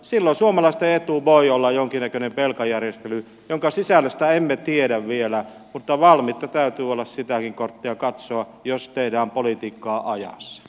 silloin suomalaisten etu voi olla jonkinnäköinen velkajärjestely jonka sisällöstä emme tiedä vielä mutta valmiutta täytyy olla sitäkin korttia katsoa jos tehdään politiikkaa ajassa